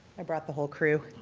i brought the whole crew.